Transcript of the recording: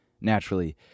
Naturally